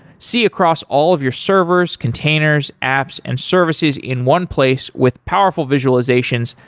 see across all of your servers, containers, apps and services in one place with powerful visualizations,